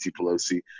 Pelosi